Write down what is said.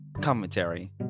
commentary